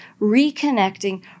reconnecting